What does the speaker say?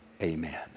Amen